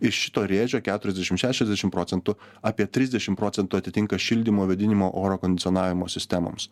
ir šito rėžio keturiasdešim šešiasdešim procentų apie trisdešim procentų atitinka šildymo vėdinimo oro kondicionavimo sistemoms